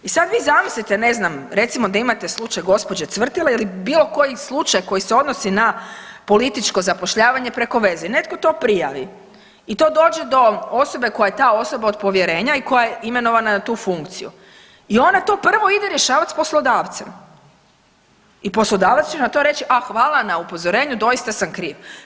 I sad vi zamislite, ne znam, recimo da imate slučaj gospođe Cvrtila ili bilo koji slučaj koji se odnosi na političko zapošljavanje preko veze i netko to prijavi i to dođe do osobe koja je ta osoba od povjerenja i koja je imenovana na tu funkciju i ona to prvo ide rješavat s poslodavcem i poslodavac će na to reć, a hvala na upozorenju doista sam kriv.